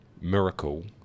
miracle